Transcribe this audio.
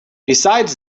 besides